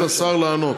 לא לתת לשר לענות.